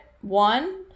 One